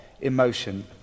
emotion